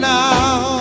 now